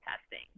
testing